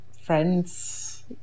friends